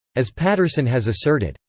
as patterson has asserted,